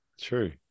true